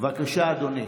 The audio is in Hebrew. בבקשה, אדוני.